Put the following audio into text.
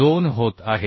2 होत आहे